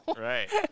Right